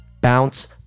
Bounce